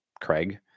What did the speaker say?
Craig